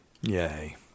Yay